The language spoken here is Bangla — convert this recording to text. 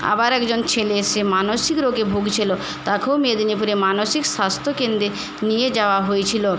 আবার একজন ছেলে সে মানসিক রোগে ভুগছিল তাকেও মেদিনীপুরে মানসিক স্বাস্থ্য কেন্দ্রে নিয়ে যাওয়া হয়েছিল